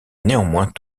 néanmoins